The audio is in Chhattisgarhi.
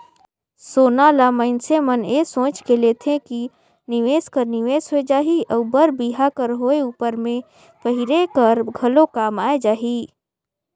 सोना ल मइनसे मन ए सोंएच के लेथे कि निवेस कर निवेस होए जाही अउ बर बिहा कर होए उपर में पहिरे कर घलो काम आए जाही